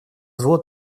зло